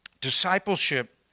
Discipleship